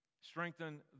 strengthen